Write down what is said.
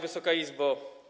Wysoka Izbo!